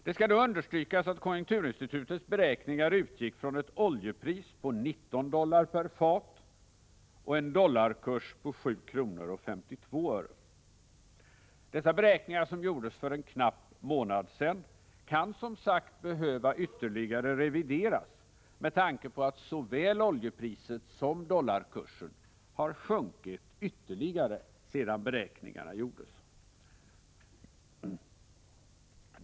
Det skall understrykas att konjunkturinstitutets beräkningar utgick från ett oljepris på 19 dollar per fat och en dollarkurs på 7 kr. och 52 öre. Dessa beräkningar, som gjordes för knappt en månad sedan, kan som sagt behöva revideras ytterligare med tanke på att såväl oljepriset som dollarkursen har sjunkit ytterligare sedan beräkningarna gjordes.